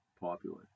popular